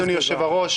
אדוני יושב-הראש,